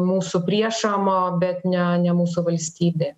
mūsų priešam bet ne ne mūsų valstybė